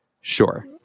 sure